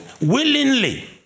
willingly